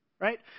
right